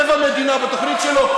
רבע מדינה בתוכנית שלו,